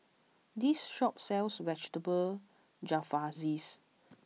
this shop sells Vegetable Jalfrezi